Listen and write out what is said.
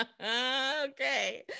Okay